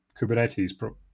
Kubernetes